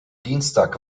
dienstag